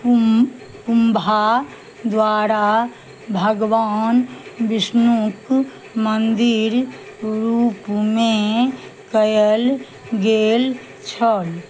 कुम्भ कुम्भा द्वारा भगवान विष्णुक मन्दिर रूपमे कयल गेल छल